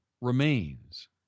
remains